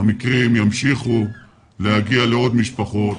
המקרים ימשיכו ויגיעו לעוד משפחות.